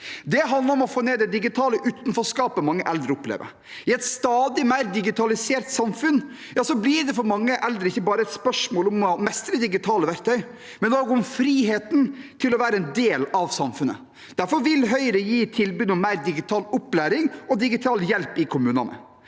Det handler om å få ned det digitale utenforskapet mange eldre opplever. I et stadig mer digitalisert samfunn blir det for mange eldre ikke bare et spørsmål om å mestre digitale verktøy, men også om friheten til å være en del av samfunnet. Derfor vil Høyre gi tilbud om mer digital opplæring og digital hjelp i kommunene.